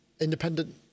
independent